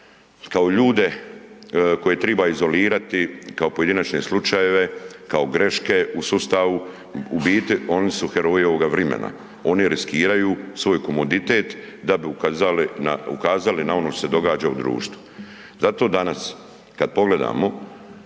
kao ljude koje triba izolirati kao pojedinačne slučajeve, kao greške u sustavu, u biti oni su heroji ovoga vrimena, oni riskiraju svoj komoditet da bi ukazali na ono što se događa u društvu. Zato danas kad pogledamo